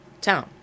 town